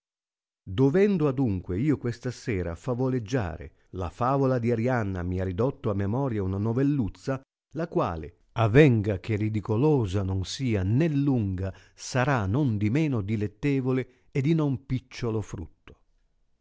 dovendo adunque io questa sera favoleggiare la favola di vrianna mi ha ridotto a memoria una novelluzza la quale avenga che ridicolosa non sia né lunga sarà nondimeno dilettevole e di non picciolo frutto